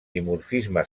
dimorfisme